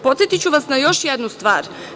Podsetiću vas na još jednu stvar.